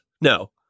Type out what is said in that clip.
No